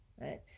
right